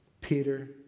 Peter